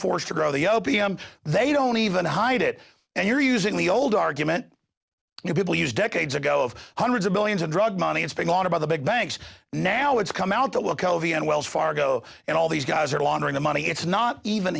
forced to grow the opium they don't even hide it and you're using the old argument you people use decades ago of hundreds of billions of drug money is spent on about the big banks now it's come out to look and wells fargo and all these guys are laundering the money it's not even